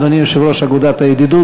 אדוני יושב-ראש אגודת הידידות.